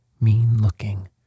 mean-looking